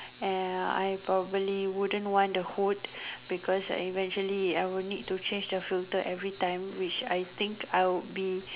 uh I probably wouldn't want the hood because I eventually I would need to change the filter every time which I think I would be